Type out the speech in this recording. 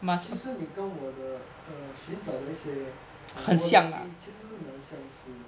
其实你跟我的寻找的一些 quality 其实蛮相似的